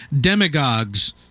demagogues